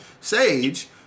Sage